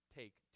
take